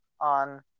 on